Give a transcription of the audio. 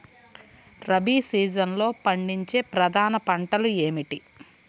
రబీ సీజన్లో పండించే ప్రధాన పంటలు ఏమిటీ?